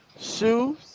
shoes